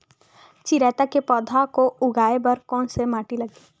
चिरैता के पौधा को उगाए बर कोन से माटी लगही?